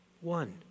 One